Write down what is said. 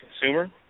consumer